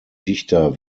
dichter